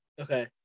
Okay